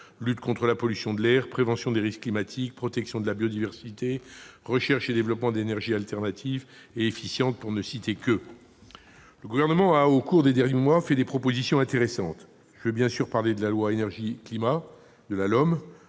lutte contre la pollution de l'air, la prévention des risques climatiques, la protection de la biodiversité, la recherche et le développement d'énergies alternatives et efficientes, pour ne citer qu'eux. Le Gouvernement a fait, au cours des derniers mois, des propositions intéressantes. Je veux bien sûr parler de la loi relative à